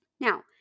Now